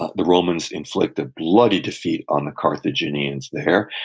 the romans inflict a bloody defeat on the carthaginians there.